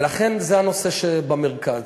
ולכן זה הנושא שבמרכז.